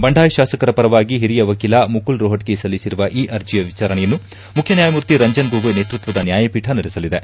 ಬಂಡಾಯ ಶಾಸಕರ ಪರವಾಗಿ ಹಿರಿಯ ವಕೀಲ ಮುಕುಲ್ ರೋಹ್ವಗಿ ಸಲ್ಲಿಸಿರುವ ಈ ಅರ್ಜಿಯ ವಿಚಾರಣೆಯನ್ನು ಮುಖ್ಯ ನ್ಯಾಯಮೂರ್ತಿ ರಂಜನ್ ಗೊಗೋಯ್ ನೇತೃತ್ವದ ನ್ಯಾಯಪೀಠ ನಡೆಸಲಿದೆ